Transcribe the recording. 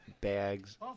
bags